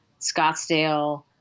Scottsdale